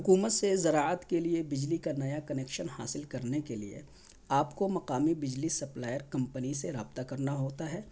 حکومت سے ذراعت کے لیے بجلی کا نیا کنکشک حاصل کرنے کے لیے آپ کو مقامی بجلی سپلائر کمپنی سے رابطہ کرنا ہوتا ہے